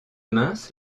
mince